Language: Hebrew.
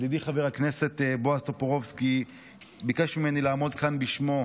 ידידי חבר הכנסת בועז טופורובסקי ביקש ממני לעמוד כאן בשמו.